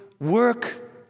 work